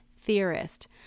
theorist